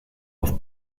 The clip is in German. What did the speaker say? auf